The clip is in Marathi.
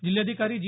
जिल्हाधिकारी जी